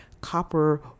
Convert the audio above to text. copper